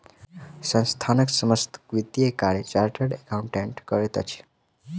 संस्थानक समस्त वित्तीय कार्य चार्टर्ड अकाउंटेंट करैत अछि